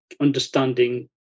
Understanding